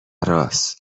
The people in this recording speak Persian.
رآس